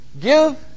Give